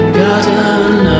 garden